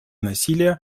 насилия